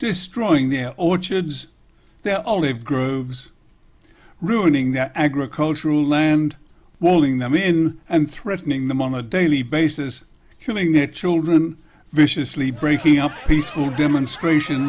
destroying their orchards their olive groves ruining their agricultural land walling them in and threatening them on a daily basis killing their children viciously breaking up peaceful demonstration